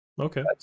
Okay